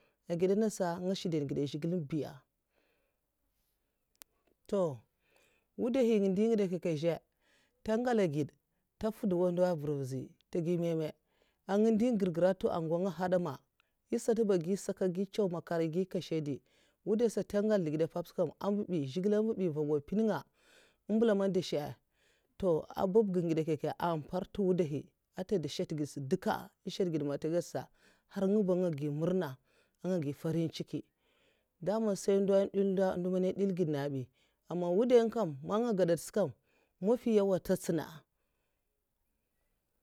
Ègèda nasa ngè shèdan gèd zhigilè biya'a wudahinga ndè ngidè kyèkyè azhè ntè ngala gèd, ntè nfwud wandawa mah mvazhi ntè gi mèmèmè nga ndè gra ntè thud ngwa nga nhada mah ngisak agi ncèw aghèy makar'nga gi nkashdi wudaisata ntè ngal ndègèd pap pas ka mbubi zhigilè mwoya bi mvugwa mpènnga man dow sha'a toh ah babgi ngidènkyèkha èhn mpèrtè wudhahi ata da shat'gèèdhis' duka a. an shat gèd man ntè gèdtè sata nga ba nga gi murna anga gi nfarin chiki daman ndo ndèl ndo, nod ndèl ngèd kabai aman wudhain'nga kam man nga gadat s'kam mafinyawa ntè ntènna'a,